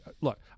Look